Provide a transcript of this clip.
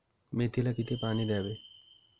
मेथीला किती पाणी द्यावे?